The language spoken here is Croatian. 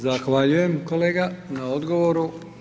Zahvaljujem kolega na odgovoru.